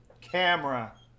Camera